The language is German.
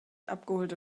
abgeholte